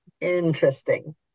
Interesting